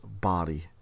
body